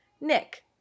Nick